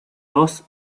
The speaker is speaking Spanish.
dos